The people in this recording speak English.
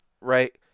Right